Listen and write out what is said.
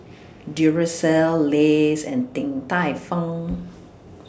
Duracell Lays and Din Tai Fung